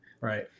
right